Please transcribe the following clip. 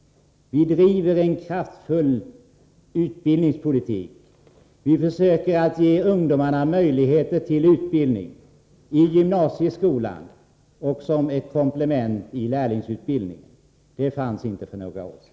Vi bedriver en kraftfull utbildningspolitik. Vi försöker att ge ungdomarna möjlighet till utbildning, i gymnasieskolan och som komplement genom lärlingsutbildningen. Detta fanns inte för några år sedan.